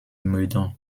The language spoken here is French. meudon